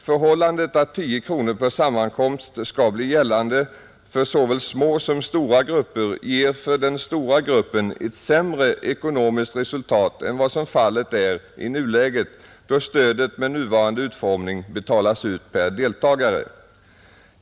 Förhållandet att 10 kronor per sammankomst skall bli gällande för såväl små som stora grupper ger för den stora gruppen ett sämre ekonomiskt resultat än vad som är fallet i nuläget, då stödet med nuvarande utformning betalas ut per deltagare.